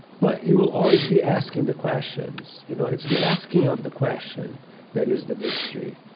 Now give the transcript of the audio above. but you will always be asking the questions. you know it's the asking of the question that is the mystery,